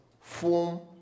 form